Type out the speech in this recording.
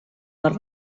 les